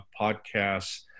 podcasts